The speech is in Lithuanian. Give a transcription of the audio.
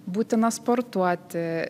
būtina sportuoti